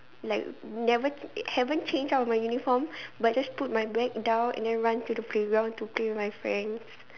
like never haven't change out of my uniform but just put my bag down and then run to the playground to play with my friends